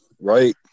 Right